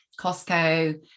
Costco